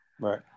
Right